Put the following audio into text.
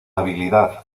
habilidad